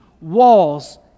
walls